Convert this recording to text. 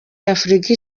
y’afurika